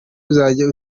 uzajya